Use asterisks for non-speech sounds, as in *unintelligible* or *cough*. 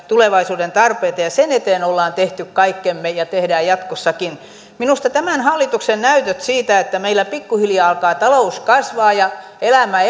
tulevaisuuden tarpeita ja sen eteen olemme tehneet kaikkemme ja teemme jatkossakin minusta meillä on tämän hallituksen näytöt siitä että meillä pikkuhiljaa alkaa talous kasvaa ja elämä *unintelligible*